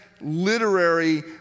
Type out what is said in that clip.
literary